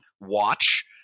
Watch